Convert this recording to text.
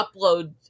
upload